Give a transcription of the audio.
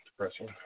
depressing